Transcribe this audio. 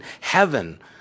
heaven